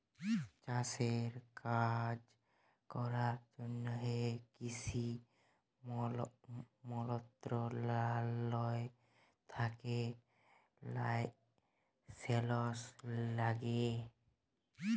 চাষের কাজ ক্যরার জ্যনহে কিসি মলত্রলালয় থ্যাকে লাইসেলস ল্যাগে